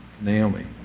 Naomi